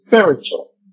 spiritual